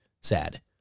sad